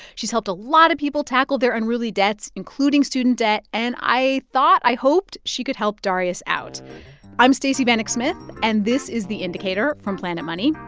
she's helped a lot of people tackle their unruly debts, including student debt, and i thought, i hoped, she could help darius out i'm stacey vanek smith, and this is the indicator from planet money.